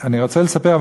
אני רוצה לספר,